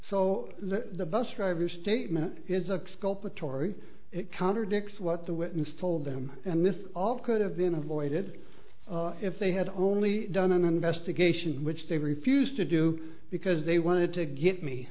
so the bus driver statement is a fixed culpa torrie it contradicts what the witness told them and this all could have been avoided if they had only done an investigation which they refused to do because they wanted to get me